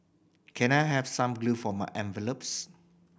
can I have some glue for my envelopes